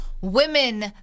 Women